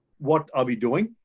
what are we doing,